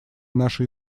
наши